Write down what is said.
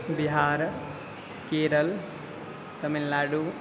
Bihar Kerala Tamil Nadu